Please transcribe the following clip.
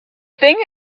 thing